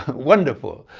wonderful.